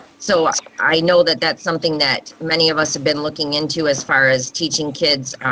so i know that that's something that many of us have been looking into as far as teaching kids.